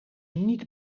niet